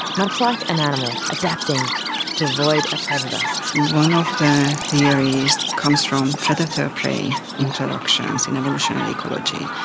much like an animal adapting to avoid a predator. one of the theories comes from predator-prey interactions in evolutionary ecology.